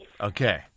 Okay